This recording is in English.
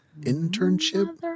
internship